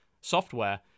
software